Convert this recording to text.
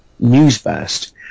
Newsburst